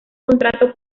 contrato